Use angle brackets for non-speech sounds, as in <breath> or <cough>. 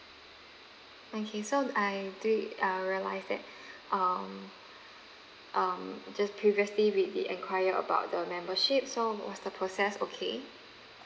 thank you so I do uh realised that <breath> um um just previously we did enquire about the membership so was the process okay